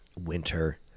winter